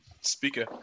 speaker